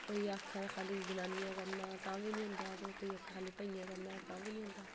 कोई आखै तां खाली जनानियें करना तां बी नेईं होंदे ते कोई आखै तां खाली भाइयें करना तां बी नेईं होंदा